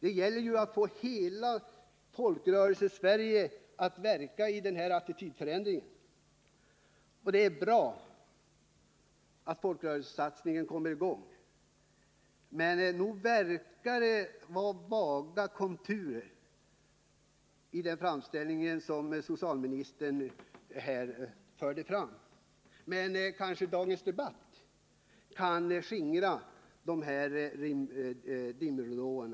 Det gäller att få med hela Folkrörelsesverige att verka för en attitydförändring. Det är bra att folkrörelsesatsningen kommer i gång. Men nog verkar det vara vaga konturer i den framställning som socialministern här gjorde. Kanske dagens debatt kan skingra dessa dimridåer.